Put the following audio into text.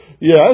Yes